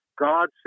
God